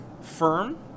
firm